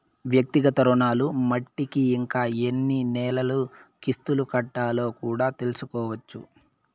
వ్యక్తిగత రుణాలు మట్టికి ఇంకా ఎన్ని నెలలు కిస్తులు కట్టాలో కూడా తెల్సుకోవచ్చు